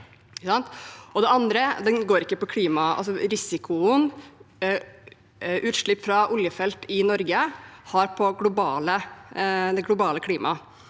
risikoen utslipp fra oljefelt i Norge utgjør for det globale klimaet.